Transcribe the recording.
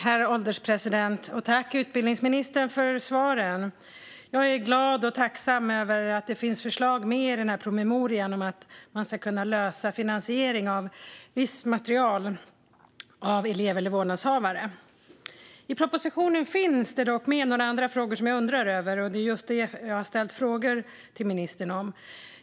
Herr ålderspresident! Tack, utbildningsministern, för svaren! Jag är glad och tacksam över att det finns förslag med i promemorian om att man ska kunna lösa den finansiering av visst material som elev eller vårdnadshavare har stått för. I propositionen finns dock några andra frågor som jag undrar över. Det är just detta jag har ställt frågor till ministern om.